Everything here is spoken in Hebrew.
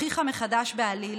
הוכיחה מחדש בעליל